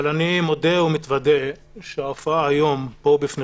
אבל אני מודה ומתוודה שההופעה היום בפני